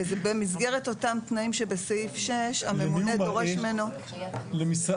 זה במסגרת אותם תנאים שבסעיף 6 הממונה דורש ממנו --- למי הוא מראה?